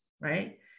right